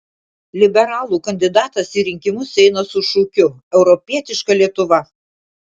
liberalų kandidatas į rinkimus eina su šūkiu europietiška lietuva